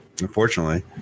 Unfortunately